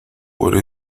para